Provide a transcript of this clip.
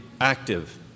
active